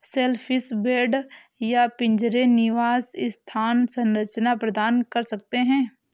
shellfish bed या पिंजरे निवास स्थान संरचना प्रदान कर सकते हैं